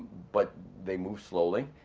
but they move slowly.